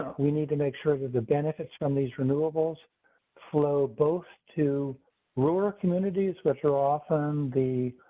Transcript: we need to make sure that the benefits from these renewables flow, both to rural communities, which are often the,